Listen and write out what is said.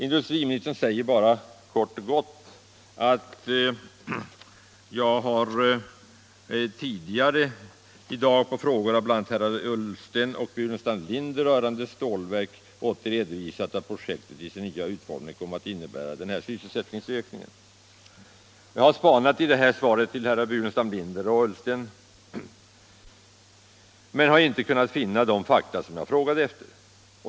Industriministern säger bara kort och gott att han tidigare i dag på frågor av bl.a. herrar Ullsten och Burenstam Linder rörande Stålverk 80 redovisat att projektet i sin nya utformning kommer att innebära den nämnda sysselsättningsökningen. Jag har letat i detta svar till herrar Ullsten och Burenstam Linder men har inte kunnat finna de fakta som jag frågat efter.